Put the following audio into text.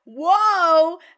Whoa